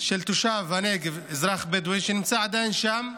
של תושב הנגב, אזרח בדואי שעדיין נמצא שם,